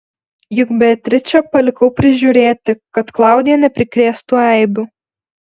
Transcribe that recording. juk beatričę palikau prižiūrėti kad klaudija neprikrėstų eibių